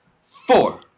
four